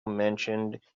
mentioned